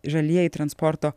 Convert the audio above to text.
žalieji transporto